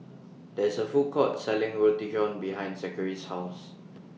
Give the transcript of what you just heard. There's A Food Court Selling Roti John behind Zachery's House